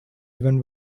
event